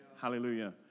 Hallelujah